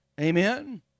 Amen